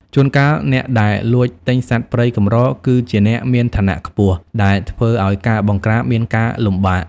ជួនកាលអ្នកដែលលួចទិញសត្វព្រៃកម្រគឺជាអ្នកមានឋានៈខ្ពស់ ដែលធ្វើឱ្យការបង្ក្រាបមានការលំបាក។